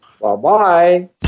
Bye-bye